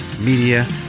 Media